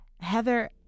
Heather